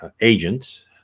agents